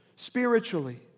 spiritually